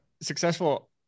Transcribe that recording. successful